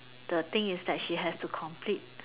the thing is that she has to complete